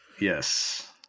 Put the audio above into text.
Yes